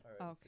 Okay